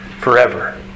Forever